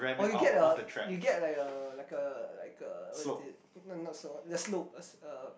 or you get a you get like a like a like a what's it no no the slope uh